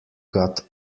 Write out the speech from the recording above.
got